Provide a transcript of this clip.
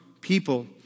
people